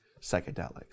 psychedelics